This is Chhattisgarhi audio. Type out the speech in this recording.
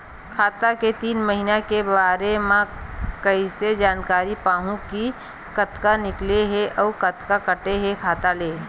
खाता के तीन महिना के बारे मा कइसे जानकारी पाहूं कि कतका निकले हे अउ कतका काटे हे खाता ले?